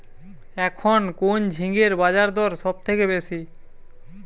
এখন কোন ঝিঙ্গের বাজারদর সবথেকে বেশি?